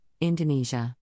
Indonesia